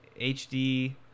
HD